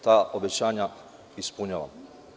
Ta obećanja ispunjavamo.